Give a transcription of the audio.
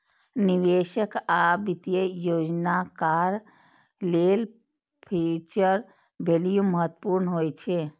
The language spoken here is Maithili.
निवेशक आ वित्तीय योजनाकार लेल फ्यूचर वैल्यू महत्वपूर्ण होइ छै